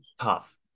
Tough